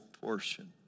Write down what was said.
portion